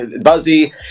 buzzy